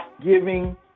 Giving